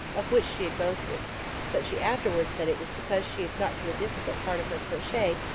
of which she had boasted but she afterwards said it was because she had got to a difficult part of her crochet,